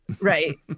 Right